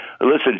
listen